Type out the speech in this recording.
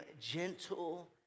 gentle